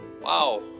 Wow